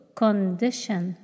condition